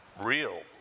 real